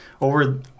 Over